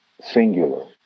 Singular